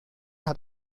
hat